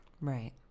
Right